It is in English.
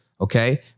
okay